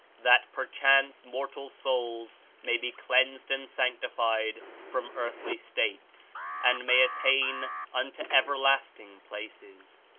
that perchance mortal souls may be cleansed and sanctified from earthly states and may attain unto everlasting places.